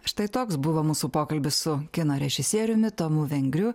štai toks buvo mūsų pokalbis su kino režisieriumi tomu vengriu